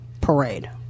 parade